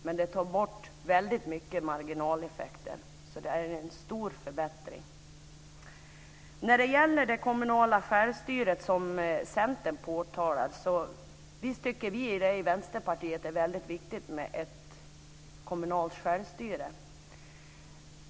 Men reformen tar bort väldigt många marginaleffekter, så det är en stor förbättring. När det gäller det kommunala självstyret, som Centern påtalar, så tycker vi i Vänsterpartiet att det är väldigt viktigt med ett kommunalt självstyre.